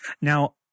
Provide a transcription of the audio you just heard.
Now